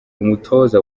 umutoza